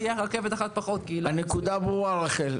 תהיה רכבת אחת פחות כי --- הנקודה ברורה רחל.